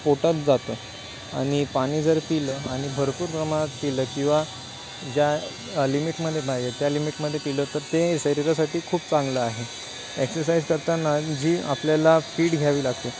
पोटात जातं आणि पाणी जर पिलं आनि भरपूर प्रमाणात पिलं किंवा ज्या लिमिटमध्ये पाहिजे त्या लिमिटमध्ये पिलं तर ते शरीरासाठी खूप चांगलं आहे एक्सरसाईज करताना जी आपल्याला फीट घ्यावी लागतो